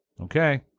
Okay